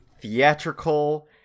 theatrical